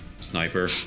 sniper